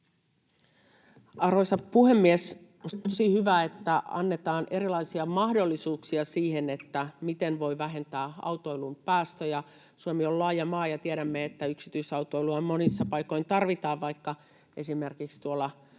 Arvoisa puhemies! On tosi hyvä, että annetaan erilaisia mahdollisuuksia siihen, miten voi vähentää autoilun päästöjä. Suomi on laaja maa, ja tiedämme, että yksityisautoilua monissa paikoin tarvitaan — vaikka esimerkiksi tuolla